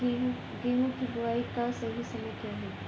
गेहूँ की बुआई का सही समय क्या है?